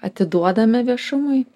atiduodame viešumui